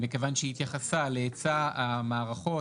מכיוון שהיא התייחסה להיצע המערכות,